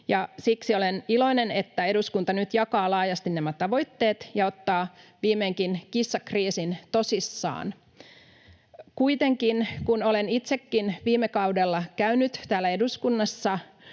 siksi olen iloinen, että eduskunta nyt jakaa laajasti nämä tavoitteet ja ottaa viimeinkin kissakriisin tosissaan. Kuitenkin, kun olen itsekin viime kaudella käynyt täällä eduskunnassa